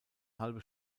halbe